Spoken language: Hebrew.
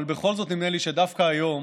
אבל בכל זאת נדמה לי שדווקא היום,